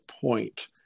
point